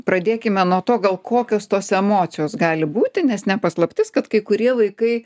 pradėkime nuo to gal kokios tos emocijos gali būti nes ne paslaptis kad kai kurie vaikai